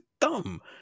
dumb